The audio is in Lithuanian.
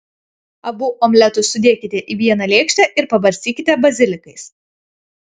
abu omletus sudėkite į vieną lėkštę ir pabarstykite bazilikais